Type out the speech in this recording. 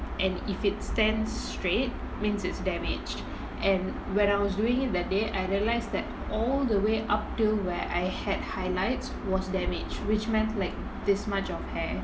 and if it stands straight means it's damaged and when I was doing it that day I realised that all the way up till where I had highlights was damaged which meant like this much of hair